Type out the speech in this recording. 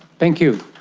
thank you.